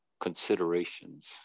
considerations